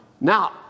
Now